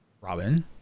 robin